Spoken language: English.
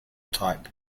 type